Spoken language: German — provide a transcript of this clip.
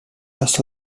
erst